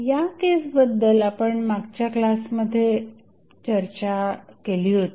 या केसबद्दल आपण मागच्या क्लासमध्ये चर्चा केली होती